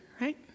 right